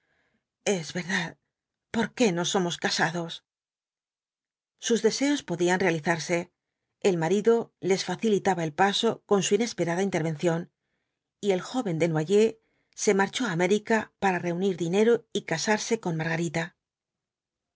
es verdad por qué no somos casados sus deseos podían realizarse el marido les facilitaba el paso con su inesperada intervención y el joven desnoyers se marchó á américa para reunir dinero y casarse con margarita iv